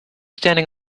standing